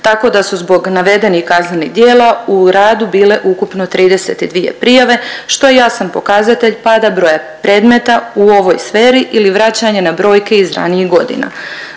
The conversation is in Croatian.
Tako da su zbog navedenih kaznenih djela u radu bile ukupno 32 prijave što je jasan pokazatelj pada broja predmeta u ovoj sferi ili vraćanje na brojke iz ranijih godina.